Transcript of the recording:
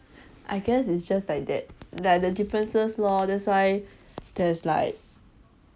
I guess it's just like that like the differences lor that's why there's like